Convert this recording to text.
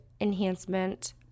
enhancement